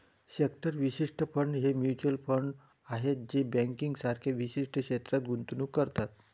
sector विशिष्ट fund हे mutual fund आहेत जे बँकिंग सारख्या विशिष्ट क्षेत्रात गुंतवणूक करतात